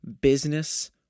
business